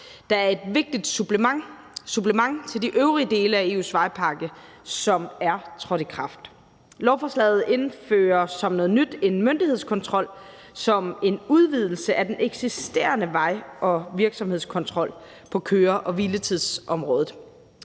der er et vigtigt supplement til de øvrige dele af EU's vejpakke, som er trådt i kraft. Lovforslaget indfører som noget nyt en myndighedskontrol som en udvidelse af den eksisterende vej- og virksomhedskontrol på køre-hvile-tids-området.